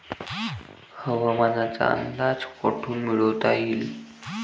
हवामानाचा अंदाज कोठून मिळवता येईन?